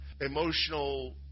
emotional